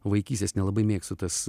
vaikystės nelabai mėgstu tas